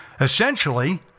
Essentially